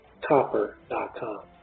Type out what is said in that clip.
copper.com